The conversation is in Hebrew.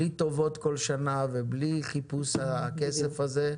בלי טובות בכל שנה ובלי חיפוש הכסף הזה,